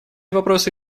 вопросы